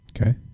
Okay